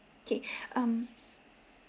okay um